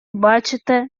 бачите